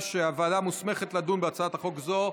(תיקון,